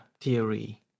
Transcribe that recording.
theory